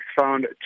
found